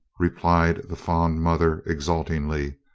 replied the fond mother exultingly,